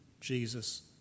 Jesus